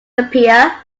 appear